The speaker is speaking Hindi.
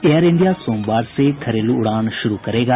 एयर इंडिया सोमवार से घरेलू उड़ान शुरू करेगा